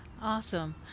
Awesome